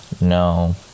no